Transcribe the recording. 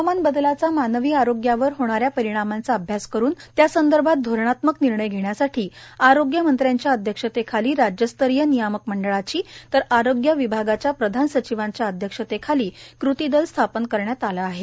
हवामान बदलाचा मानवी आरोग्यावर होणाऱ्या परिणामांचा अभ्यास करुन त्या संदर्भात धोरणात्मक निर्णय घेण्यासाठी आरोग्यमंत्र्यांच्या अध्यक्षतेखाली राज्यस्तरीय नियामक मंडळाची तर आरोग्य विभागाच्या प्रधान सचिवांच्या अध्यक्षतेखाली कृती दल स्थापन करण्यात आला आहे